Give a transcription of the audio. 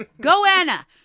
Goanna